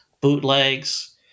bootlegs